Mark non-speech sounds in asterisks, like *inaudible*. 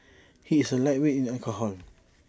*noise* he is A lightweight in alcohol